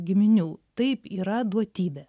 giminių taip yra duotybė